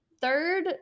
third